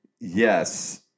Yes